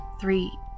Three